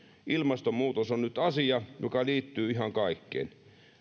ilmastonmuutos on nyt asia joka liittyy ihan kaikkeen